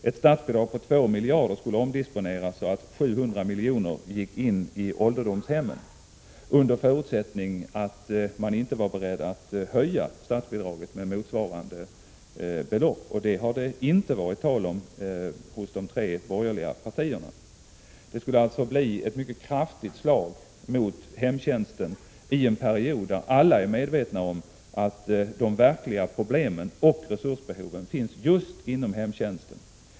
Ett statsbidrag på 2 miljarder skulle omdisponeras så att 700 miljoner gick till ålderdomshemmen, under förutsättning att man inte var beredd att höja statsbidraget med motsvarande belopp. Det har det inte varit tal om från de tre borgerliga partiernas sida. Det skulle bli ett mycket kraftigt slag mot hemtjänsten i en period då alla är medvetna om att de verkliga problemen och behoven av resurser finns just inom hemtjänsten.